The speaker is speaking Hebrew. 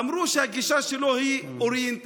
אמרו שהגישה שלו היא אוריינטליסטית.